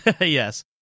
Yes